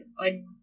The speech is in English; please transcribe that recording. on